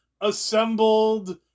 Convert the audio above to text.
assembled